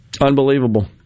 Unbelievable